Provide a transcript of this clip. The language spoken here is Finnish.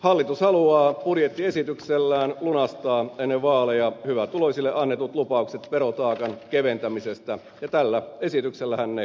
hallitus haluaa budjettiesityksellään lunastaa ennen vaaleja hyvätuloisille annetut lupaukset verotaakan keventämisestä ja tällä esityksellähän ne toteutuvat